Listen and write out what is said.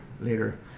later